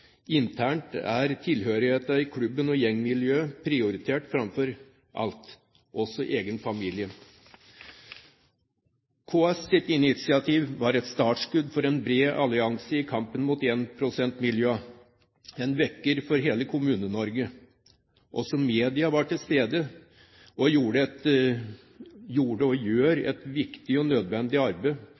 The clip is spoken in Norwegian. Internt er tilhørigheten til klubben og gjengmiljøet prioritert framfor alt, også egen familie. KS' initiativ var et startskudd for en bred allianse i kampen mot énprosentmiljøene, en vekker for hele Kommune-Norge. Også media var til stede og gjorde – og de gjør – et viktig og nødvendig arbeid